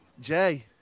Jay